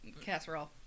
casserole